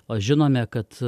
o žinome kad